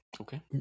Okay